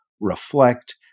reflect